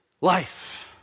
life